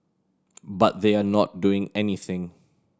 but they are not doing anything